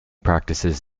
practices